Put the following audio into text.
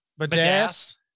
Badass